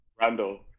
Randall